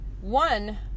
one